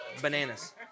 bananas